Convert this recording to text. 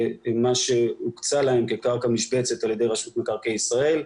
מה שהוקצה להם כקרקע משבצת על ידי רשות מקרקעי ישראל.